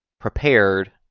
prepared